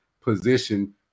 position